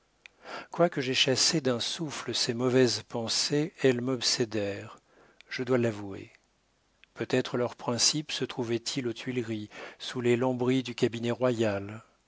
quoique j'aie chassé d'un souffle ces mauvaises pensées elles m'obsédèrent je dois l'avouer peut-être leur principe se trouvait-il aux tuileries sous les lambris du cabinet royal